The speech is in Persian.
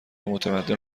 متمدن